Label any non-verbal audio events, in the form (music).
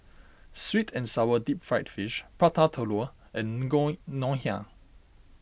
Sweet and Sour Deep Fried Fish Prata Telur and (unintelligible) Ngoh Hiang